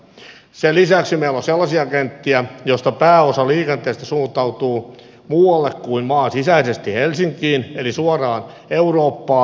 sen lisäksi meillä on sellaisia kenttiä joista pääosa liikenteestä suuntautuu muualle kuin maan sisäisesti helsinkiin eli suoraan eurooppaan